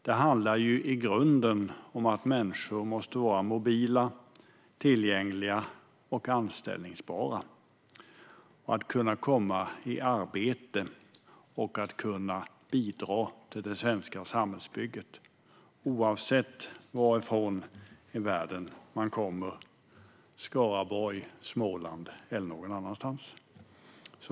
Det handlar i grunden om att människor måste vara mobila, tillgängliga och anställbara för att kunna komma i arbete och bidra till det svenska samhällsbygget, oavsett varifrån i världen man kommer - Skaraborg, Småland eller någon annan plats.